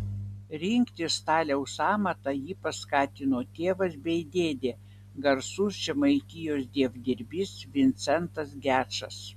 rinktis staliaus amatą jį paskatino tėvas bei dėdė garsus žemaitijos dievdirbys vincentas gečas